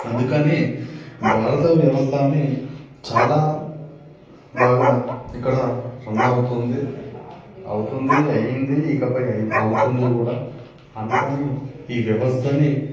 అందుకనీ భారత వ్యవస్థని చాలా బాగా ఇక్కడ రన్ అవుతుంది అవుతుంది అయింది ఇకపై అయి అవుతుంది కూడా అందుకని ఈ వ్యవస్థని